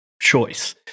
choice